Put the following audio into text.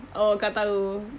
oh kau tahu